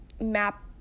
map